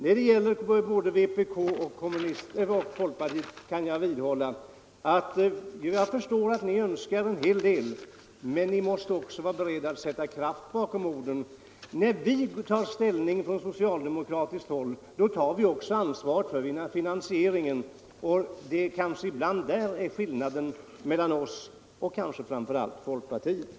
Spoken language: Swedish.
När det gäller både vpk och folkpartiet kan jag förstå att ni önskar göra en hel del beträffande barnomsorgen. Men ni måste också vara beredda att sätta kraft bakom orden. När vi från socialdemokratiskt håll ställer oss bakom en utbyggnad, tar vi också ansvar för finansieringen. Det är i det avseendet som skillnaden finns mellan oss och kanske framför allt folkpartiet.